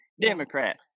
democrat